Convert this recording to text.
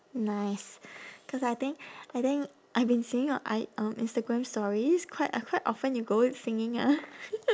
nice cause I think I think I've been seeing your i~ um instagram stories quite uh quite often you go singing ah